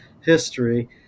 history